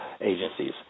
agencies